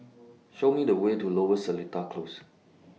Show Me The Way to Lower Seletar Close